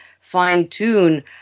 fine-tune